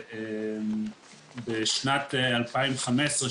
בשנת 2015,